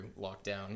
lockdown